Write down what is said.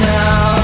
now